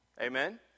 Amen